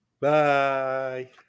Bye